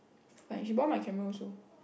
fine she borrowed my camera also